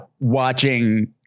watching